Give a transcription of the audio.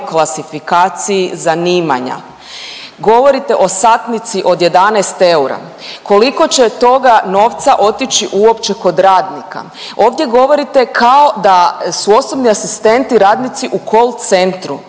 klasifikaciji zanimanja? Govorite o satnici od 11 eura koliko će toga novca otići uopće kod radnika? Ovdje govorite kao da su osobni asistenti radnici u call centru.